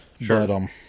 Sure